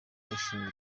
rushinzwe